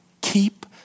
keep